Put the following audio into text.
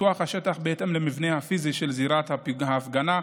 ניתוח השטח בהתאם למבנה הפיזי של זירת ההפגנה,